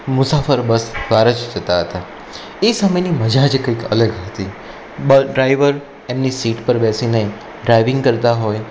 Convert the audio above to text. મુસાફર બસ દ્વારા જ જતા હતા એ સમયની મજા જ કંઈક અલગ હતી બસ ડ્રાઈવર એમની સીટ પર બેસીને ડ્રાઇવિંગ કરતા હોય